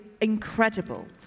incredible